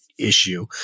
issue